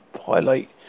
highlight